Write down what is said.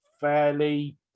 fairly